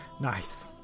nice